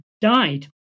died